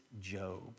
Job